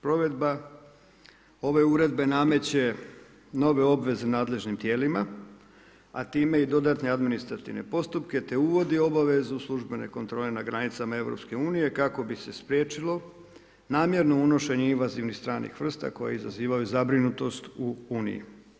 Provedba ove uredbe nameće nove obveze nadležnim tijelima, a time i dodatne administrativne postupke, te uvodi obavezu službene kontrole na granicama EU kako bi se spriječilo namjerno unošenje invazivnih stranih vrsta koje izazivaju zabrinutost u Uniji.